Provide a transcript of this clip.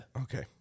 Okay